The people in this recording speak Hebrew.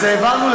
אז העברנו,